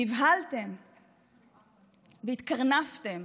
נבהלתם והתקרנפתם,